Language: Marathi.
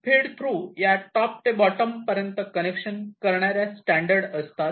फीड थ्रु या टॉप ते बॉटम पर्यंत कनेक्शन करणाऱ्या स्टॅंडर्ड असतात